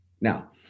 Now